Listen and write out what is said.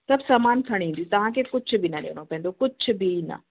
सभु सामान खणी ईंदियूं तव्हां खे कुझु बि न ॾियणो पवंदो कुझु बि न